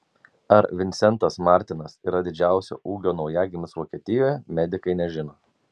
ar vincentas martinas yra didžiausio ūgio naujagimis vokietijoje medikai nežino